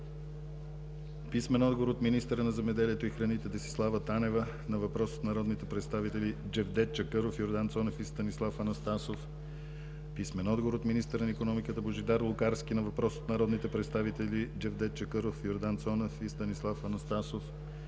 писмен отговор от министъра на земеделието и храните Десислава Танева на въпрос от народните представители Джевдет Чакъров, Йордан Цонев и Станислав Анастасов; - писмен отговор от министъра на икономиката Божидар Лукарски на въпрос от народните представители Джевдет Чакъров, Йордан Цонев и Станислав Анастасов;